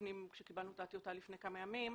פנים עת קיבלנו את הטיוטה לפני כמה ימים,